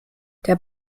der